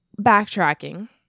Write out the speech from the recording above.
Backtracking